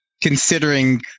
considering